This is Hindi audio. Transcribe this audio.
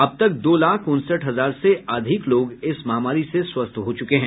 अब तक दो लाख उनसठ हजार से अधिक लोग इस महामारी से स्वस्थ हो चूके हैं